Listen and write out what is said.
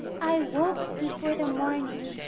i woke before the morning,